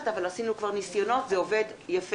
אבל כבר עשינו ניסיונות וזה עובד יפה.